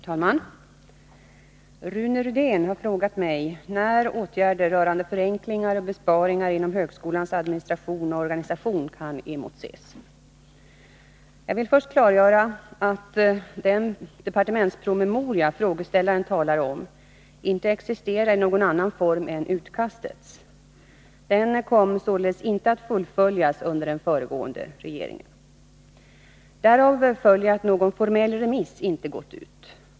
Herr talman! Rune Rydén har frågat mig när åtgärder rörande förenklingar och besparingar inom högskolans administration och organisation kan emotses. Jag vill först klargöra att den departementspromemoria frågeställaren talar om inte existerar i någon annan form än utkastets. Den kom således inte att fullföljas under den föregående regeringen. Därav följer att någon formell remiss inte har gått ut.